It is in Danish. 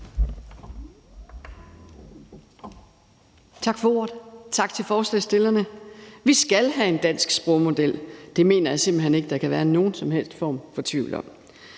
Tak for ordet, og tak til forslagsstillerne. Vi skal have en dansk sprogmodel. Det mener jeg simpelt hen ikke der kan være nogen som helst form for tvivl om.